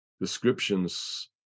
descriptions